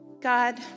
God